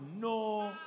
no